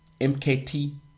MKT